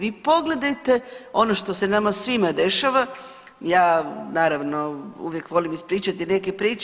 Vi pogledajte ono što se nama svima dešava, ja naravno uvijek volim ispričati neke priče.